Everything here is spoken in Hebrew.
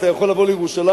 אתה יכול לבוא לירושלים,